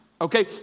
okay